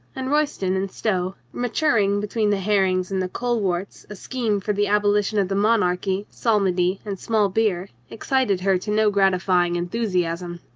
and royston and stow, maturing between the herrings and the coleworts a scheme for the abolition of the monarchy, psalmody and small beer, excited her to no gratifying enthusiasm.